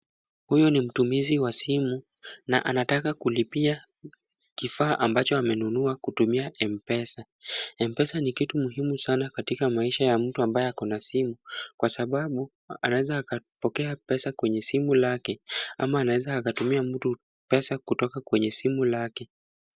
Huyu ni mtumizi wa simu na anataka kulipia kifaa ambacho amenunua kutumia mpesa. Mpesa ni kitu muhimu sana katika maisha ya mtu ambaye akona simu kwa sababu anaweza akapokea pesa kwenye simu lake ama anaweza akatumia mtu pesa kutoka kwenye simu lake.